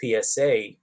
PSA